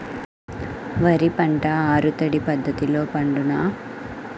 వరి పంట ఆరు తడి పద్ధతిలో పండునా?